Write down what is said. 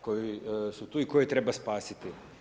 koji su tu i koje treba spasiti.